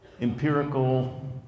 empirical